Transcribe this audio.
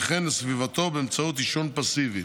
וכן לסביבתו באמצעות עישון פסיבי.